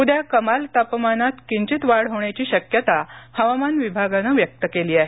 उद्या कमाल तापमानात किंचित वाढ होण्याची शक्यता हवामान विभागानं व्यक्त केली आहे